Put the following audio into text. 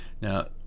Now